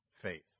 faith